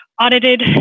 audited